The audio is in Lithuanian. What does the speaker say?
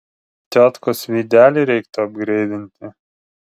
tiotkos veidelį reiktų apgreidinti